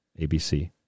ABC